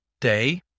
day